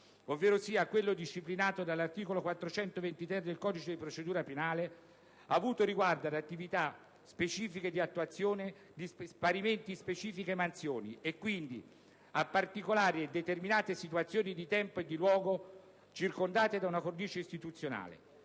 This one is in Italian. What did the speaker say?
ovverosia quello disciplinato dall'articolo 420-*ter* del codice di procedura penale, avuto riguardo ad attività specifiche di attuazione di parimenti specifiche mansioni e, quindi, a particolari e determinate situazioni di tempo e di luogo circondate da una cornice istituzionale.